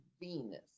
Venus